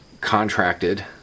contracted